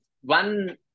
one